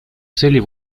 целей